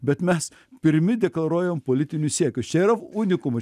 bet mes pirmi deklaruojam politinius siekius čia yra unikumas